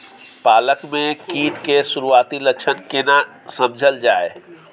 पालक में कीट के सुरआती लक्षण केना समझल जाय?